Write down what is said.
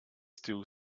still